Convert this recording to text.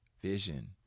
vision